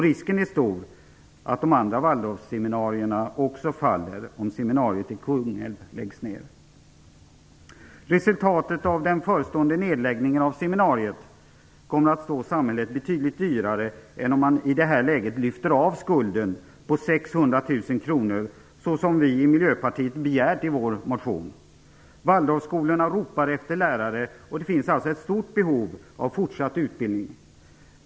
Risken är stor att de andra Resultatet av den förestående nedläggningen av seminariet kommer att stå samhället betydligt dyrare än om man i det här läget lyfter bort skulden på 600 000 kronor så som vi i Miljöpartiet begärt i vår motion. Waldorfskolorna ropar efter lärare och det finns alltså ett stort behov av fortsatt utbildning.